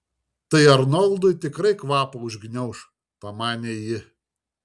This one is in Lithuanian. tai arnoldui tikrai kvapą užgniauš pamanė ji